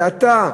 אלא אתה,